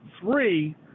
three